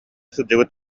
сылдьыбыт